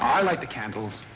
i like the candles